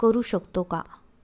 करु शकतो का?